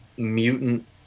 mutant